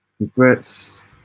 Regrets